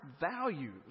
values